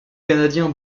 canadien